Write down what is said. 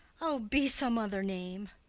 o, be some other name!